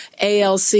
ALC